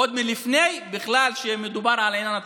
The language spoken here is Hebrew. עוד לפני שבכלל היה מדובר על עניין התקציב,